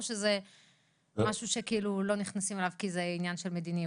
או שזה משהו שלא נכנסים אליו כי זה עניין של מדיניות?